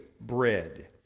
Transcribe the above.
bread